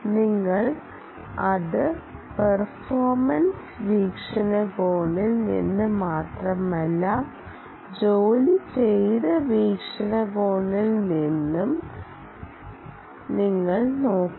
നിങ്ങൾ അത് പെർഫോർമെൻസ് വീക്ഷണകോണിൽ നിന്ന് മാത്രമല്ല ജോലി ചെയ്ത വീക്ഷണകോണിൽ നിന്നും നിങ്ങൾ നോക്കണം